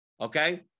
Okay